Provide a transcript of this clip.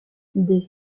des